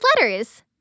letters